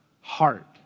heart